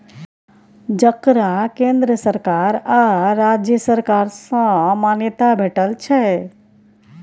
जकरा केंद्र सरकार आ राज्य सरकार सँ मान्यता भेटल छै